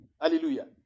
Hallelujah